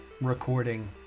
recording